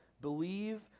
Believe